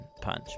punch